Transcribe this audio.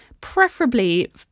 preferably